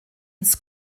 ins